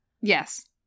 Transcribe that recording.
yes